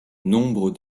nombre